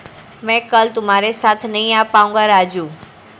मैं कल तुम्हारे साथ नहीं आ पाऊंगा राजू